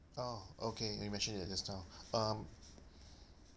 oh okay you mentioned that just now um